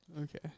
Okay